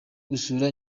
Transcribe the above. gusura